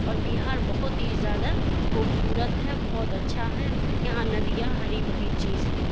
اور بہار بہت ہی زیادہ خوبصورت ہے بہت اچھا ہے یہاں ندیاں ہری بھری چیز ہے